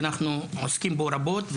שאנחנו עוסקים בו רבות,